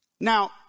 Now